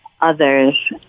others